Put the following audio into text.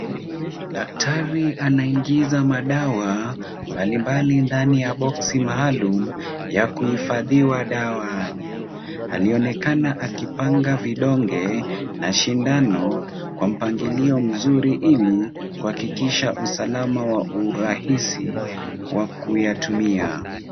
Daktari anaingiza madawa mbalimbali ndani ya boksi maalum ya kuhifadhiwa dawa. Alionekana akipanga vidonge na shindano kwa mpangilio mzuri ili kuhakikisha usalama wa urahisi wa kuyatumia.